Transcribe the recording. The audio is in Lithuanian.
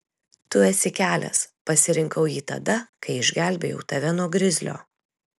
tu esi kelias pasirinkau jį tada kai išgelbėjau tave nuo grizlio